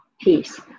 peace